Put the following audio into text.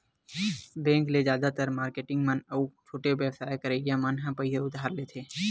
bank ले जादातर marketing मन अउ छोटे बेवसाय करइया मन ह पइसा उधार लेथे